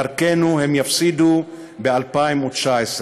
דרכנו הם יפסידו ב-2019.